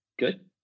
good